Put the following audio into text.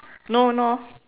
no no no